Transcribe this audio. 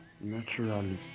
naturally